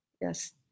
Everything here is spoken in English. yes